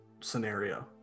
scenario